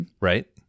Right